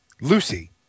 Lucy